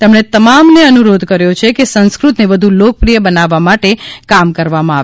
તેમણે તમામને અનુરોધ કર્યો છે કે સંસ્કૃતને વધુ લોકપ્રિય બનાવવા માટે કામ કરવામાં આવે